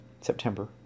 September